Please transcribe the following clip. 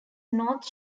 north